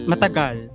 Matagal